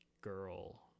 girl